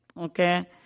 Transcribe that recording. Okay